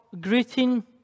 greeting